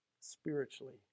spiritually